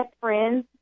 friends